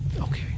Okay